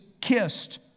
kissed